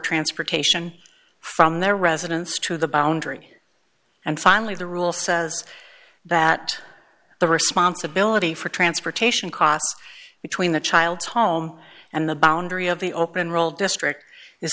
transportation from their residence to the boundary and finally the rule says that the responsibility for transportation costs between the child's home and the boundary of the open role district is